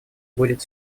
будет